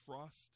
trust